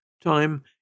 Time